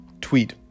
tweet